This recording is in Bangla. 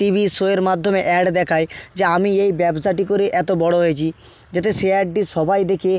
টিভি শোয়ের মাধ্যমে অ্যাড দেখায় যে আমি এই ব্যবসাটি করে এতো বড়ো হয়েছি যাতে সে অ্যাডটি সবাই দেখে